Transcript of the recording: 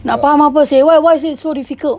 nak faham apa seh why why why is it so difficult